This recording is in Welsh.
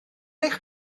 eich